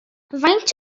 faint